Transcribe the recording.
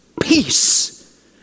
peace